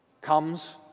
comes